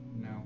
No